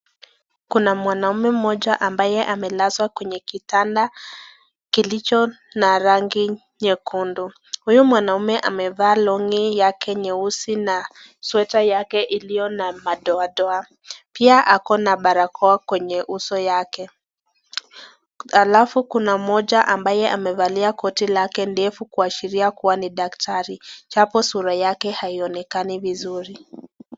Kuna mwanaume mmoja ambaye amelazwa kwenye kitanda, kilicho na rangi nyekundu. huyu mwanaume amevaa longi yake nyeusi na sweater yake iliyo na madoadoa. Pia ako na barakoa kwenye uso yake. Alafu kuna moja ambaye amevalia koti lake ndefu kuashiria kuwa ni daktari. Japo sura yake haionekani vizuri.